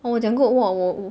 oh 我讲过 !wah! 我我